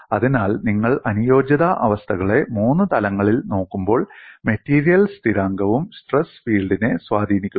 അതിനാൽ നിങ്ങൾ അനുയോജ്യതാ അവസ്ഥകളെ മൂന്ന് തലങ്ങളിൽ നോക്കുമ്പോൾ മെറ്റീരിയൽ സ്ഥിരാങ്കവും സ്ട്രെസ് ഫീൽഡിനെ സ്വാധീനിക്കുന്നു